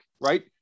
right